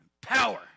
Power